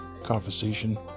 conversation